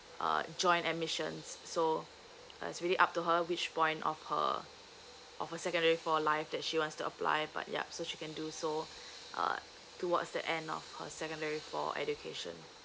uh join admissions so uh it's really up to her which point of her of a secondary four life that she wants to apply but yup so she can do so uh towards the end of her secondary four education